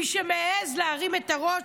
מי שמעז להרים את הראש,